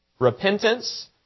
repentance